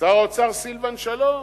שר האוצר לשעבר סילבן שלום,